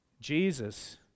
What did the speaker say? Jesus